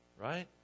right